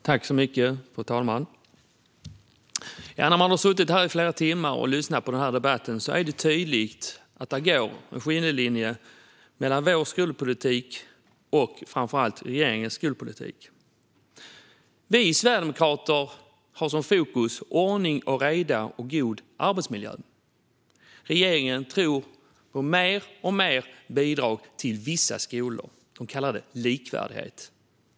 Fru talman! När man har suttit här i flera timmar och lyssnat på debatten är det tydligt att det går en skiljelinje mellan vår skolpolitik och framför allt regeringens skolpolitik. Vi sverigedemokrater har ordning och reda och god arbetsmiljö i fokus. Regeringen tror på mer och mer bidrag till vissa skolor. Man kallar det likvärdighet.